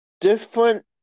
different